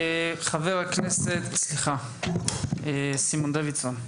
חבר הכנסת סימון דוידסון.